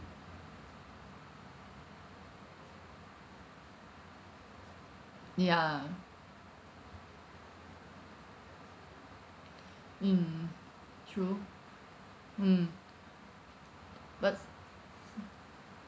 ya mm true mm but